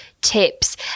tips